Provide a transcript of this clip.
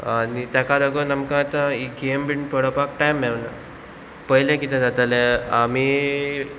आनी ताका लागून आमकां आतां ही गेम बीन पळोवपाक टायम मेळना पयलें कितें जातलें आमी